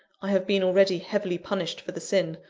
i have been already heavily punished for the sin.